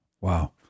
Wow